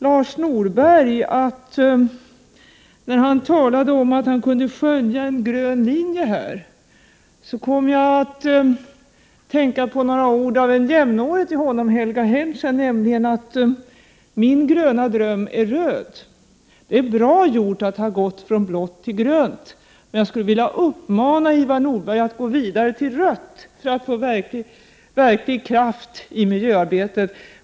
Lars Norberg sade att han kunde skönja en grön linje. Då kom jag att tänka på några ord av en person som är jämnårig med honom, nämligen Helga Henschen, som sagt att hennes gröna dröm är röd. Det är bra gjort att ha gått från blått till grönt, och jag skulle vilja uppmana Lars Norberg att gå vidare till rött för att få verklig kraft i miljöarbetet.